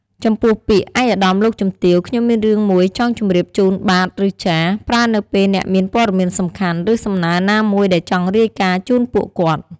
ចំពោះពាក្យ"ឯកឧត្តម លោកជំទាវ ខ្ញុំមានរឿងមួយចង់ជម្រាបជូនបាទ ឬ ចាស" ប្រើនៅពេលអ្នកមានព័ត៌មានសំខាន់ ឬសំណើណាមួយដែលចង់រាយការណ៍ជូនពួកគាត់។